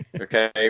Okay